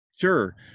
Sure